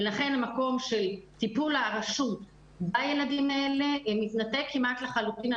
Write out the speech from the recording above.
ולכן המקום של טיפול הרשות בילדים האלה מתנתק כמעט לחלוטין.